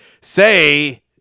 say